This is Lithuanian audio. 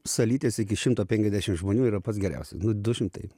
salytės iki šimto penkiasdešim žmonių yra pats geriausias nu du šimtai